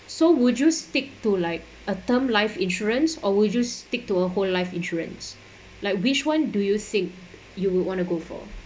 so would you stick to like a term life insurance or will you stick to a whole life insurance like which one do you think you would want to go for